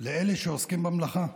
לאלה שעוסקים במלאכה,